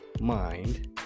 mind